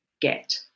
get